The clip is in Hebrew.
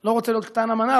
לא רוצה להיות קטן אמונה,